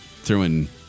throwing